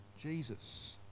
jesus